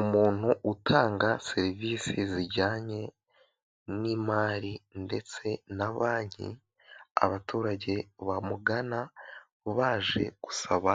Umuntu utanga serivisi zijyanye n'imari ndetse na banki, abaturage bamugana baje gusaba